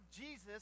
Jesus